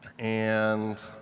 and